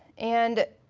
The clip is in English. and